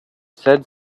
said